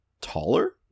taller